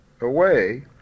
away